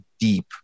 deep